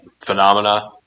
Phenomena